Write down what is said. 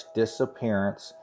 disappearance